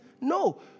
no